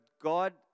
God